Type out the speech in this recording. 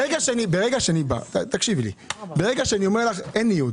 ברגע שאני אומר לך: אין ניוד